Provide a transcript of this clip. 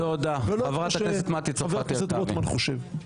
ולא את מה שחבר הכנסת רוטמן חושב.